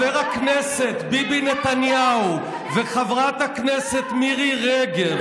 שבה חבר הכנסת ביבי נתניהו וחברת הכנסת מירי רגב,